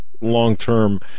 long-term